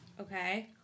Okay